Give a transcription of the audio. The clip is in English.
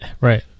Right